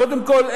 קודם כול,